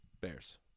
Bears